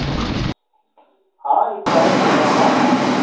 हाँ एक बाइक लेना था